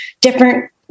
different